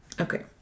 Okay